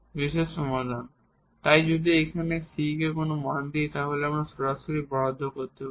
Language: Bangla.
বিশেষ সমাধান তাই যদি আমরা এই c কে কোন মান দিই তাহলে আমরা সরাসরি বরাদ্দ করতে পারি